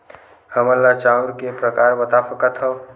हमन ला चांउर के प्रकार बता सकत हव?